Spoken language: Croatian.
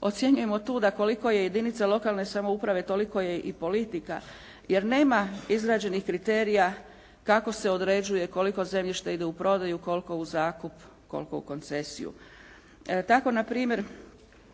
ocjenjujemo tu da koliko je jedinica lokalne samouprave toliko je i politika jer nema izrađenih kriterija kako se određuje koliko zemljište ide u prodaju, koliko u zakup, koliko u koncesiju.